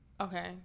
Okay